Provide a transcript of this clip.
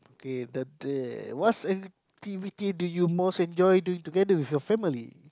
okay the the what activity do you most enjoy doing together with your family